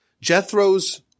Jethro's